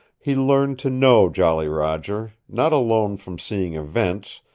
he learned to know jolly roger, not alone from seeing events,